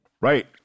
Right